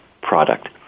product